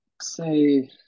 say